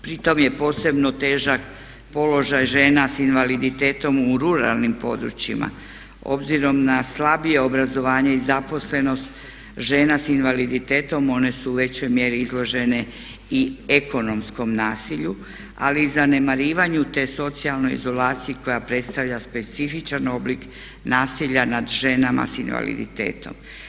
Pritom je posebno težak položaj žena s invaliditetom u ruralnim područjima obzirom na slabije obrazovanje i zaposlenost žena s invaliditetom one su u većoj mjeri izložene i ekonomskom nasilju ali i zanemarivanju te socijalnoj izolaciji koja predstavlja specifičan oblik nasilja nad ženama s invaliditetom.